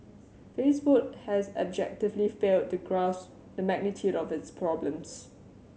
Facebook has abjectly failed to grasp the magnitude of its problems